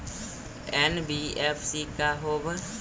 NBFC का होब?